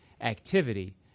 activity